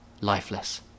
lifeless